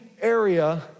area